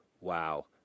wow